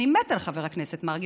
אני מתה על חבר הכנסת מרגי,